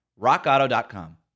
rockauto.com